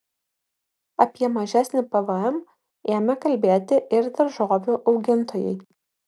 apie mažesnį pvm ėmė kalbėti ir daržovių augintojai